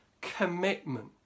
commitment